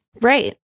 right